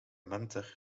mentor